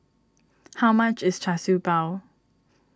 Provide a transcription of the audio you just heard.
how much is Char Siew Bao